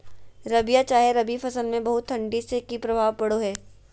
रबिया चाहे रवि फसल में बहुत ठंडी से की प्रभाव पड़ो है?